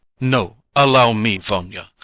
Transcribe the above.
no, allow me, vanya.